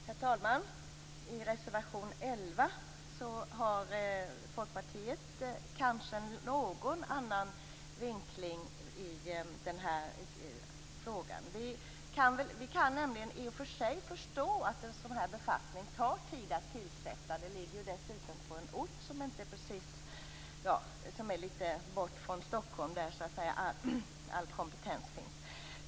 Herr talman! I reservation 11 har folkpartiet kanske en något annorlunda vinkling i den här frågan. Vi kan i och för sig förstå att det tar tid att tillsätta en sådan här befattning. Banverket finns dessutom på en ort som ligger litet bort från Stockholm, där all kompetens finns.